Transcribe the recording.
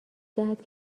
دهد